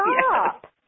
Stop